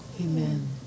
Amen